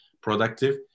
productive